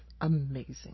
amazing